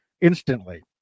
instantly